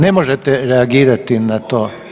Ne možete reagirati na to.